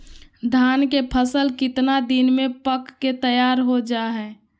धान के फसल कितना दिन में पक के तैयार हो जा हाय?